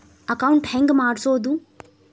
Account ಹೆಂಗ್ ಮಾಡ್ಸೋದು?